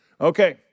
Okay